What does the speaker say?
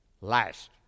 Last